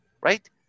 right